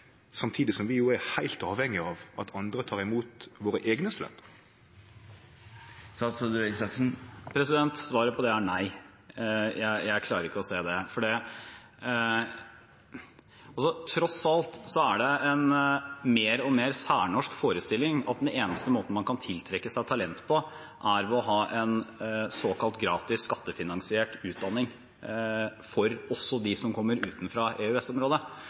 samtidig som vi er heilt avhengig av at andre tek imot våre eigne studentar. Svaret på det er nei. Jeg klarer ikke å se det. Tross alt er det en mer og mer særnorsk forestilling at den eneste måten man kan tiltrekke seg talent på, er ved å ha en såkalt gratis skattefinansiert utdanning, også for dem som kommer